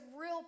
real